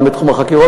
גם בתחום החקירות,